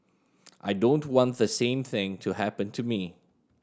I don't want the same thing to happen to me